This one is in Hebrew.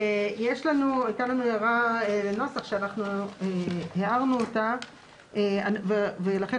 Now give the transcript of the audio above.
הייתה לנו הערה לנוסח שאנחנו הערנו אותה ולכן